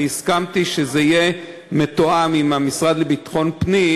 הסכמתי שזה יהיה מתואם עם המשרד לביטחון פנים,